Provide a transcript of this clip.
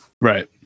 Right